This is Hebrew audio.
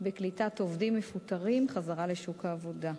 בקליטת עובדים מפוטרים חזרה בשוק העבודה.